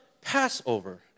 Passover